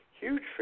huge